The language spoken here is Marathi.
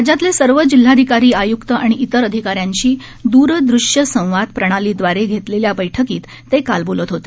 राज्यातले सर्व जिल्हाधिकारी आय्क्त आणि इतर अधिकाऱ्यांशी द्ररृष्य संवाद प्रणालीद्वारे घेतलेल्या बैठकीत ते काल बोलत होते